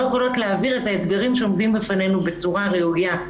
יכולות להעביר את האתגרים שעומדים בפנינו בצורה ראויה.